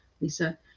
Lisa